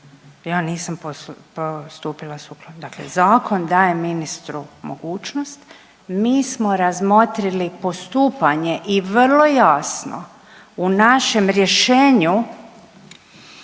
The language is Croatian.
ja nisam postupila suprotno, dakle zakon daje ministru mogućnost, mi smo razmotrili postupanje i vrlo jasno u našem rješenju